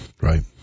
Right